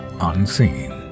unseen